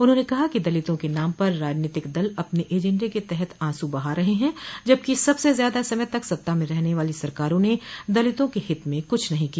उन्होंने कहा कि दलितों के नाम पर राजनीतिक दल अपने एजेंडे के तहत आंसू बहा रहे हैं जबकि सबसे ज्यादा समय तक सत्ता में रहने वाली सरकारों ने दलितों के हित में कुछ नहीं किया